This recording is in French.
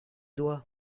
doigt